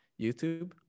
YouTube